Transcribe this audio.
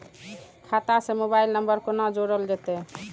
खाता से mobile number कोना जोरल जेते?